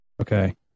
Okay